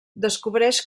descobreix